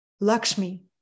Lakshmi